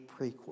prequel